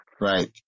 Right